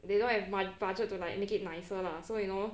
they don't have my budget to like make it nicer lah so you know